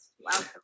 welcome